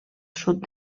sud